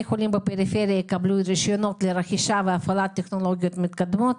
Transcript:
חולים בפריפריה יקבלו רישיונות לרכישה והפעלת טכנולוגיות מתקדמות.